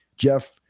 Jeff